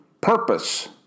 purpose